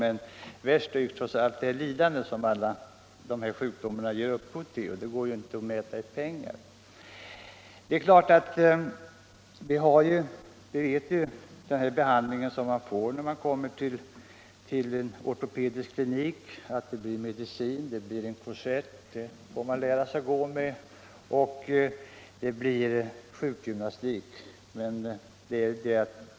Men värst är förstås allt det lidande som dessa sjukdomar ger upphov till; det går ju inte att mäta i pengar. Den behandling som man får när man kommer till ortopedisk klinik består av medicin, en korsett som man får lära sig gå med, och sjukgymnastik.